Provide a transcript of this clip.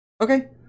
Okay